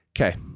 Okay